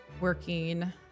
working